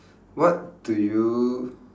what do you